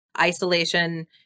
isolation